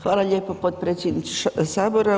Hvala lijepo potpredsjedniče Sabora.